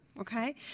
okay